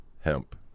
hemp